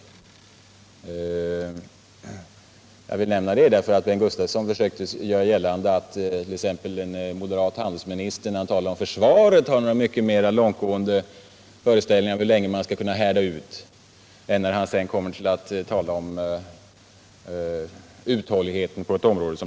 Jag vill säga det därför att Bengt Gustavsson här försökte göra gällande att den moderate handelsministern talade om att försvaret hade mycket mera långtgående krav på hur länge man skulle kunna härda ut än när det gäller det område som vi nu diskuterar.